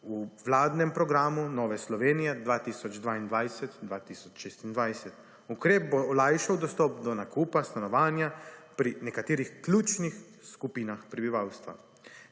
v vladnem programu, Nove Slovenije, 2022 – 2026. Ukrep bo olajšal dostop do nakupa stanovanja pri nekaterih ključnih skupinah prebivalstva.